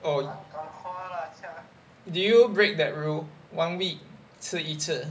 oh do you break that rule one week 吃一次